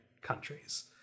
countries